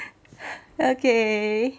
okay